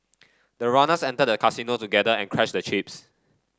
the runners entered the casino together and cashed the chips